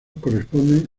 corresponden